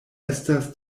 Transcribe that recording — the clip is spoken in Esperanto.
estas